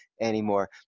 anymore